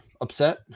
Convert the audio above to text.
upset